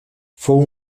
fou